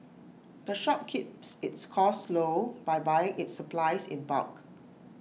the shop keeps its costs low by buying its supplies in bulk